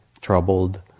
troubled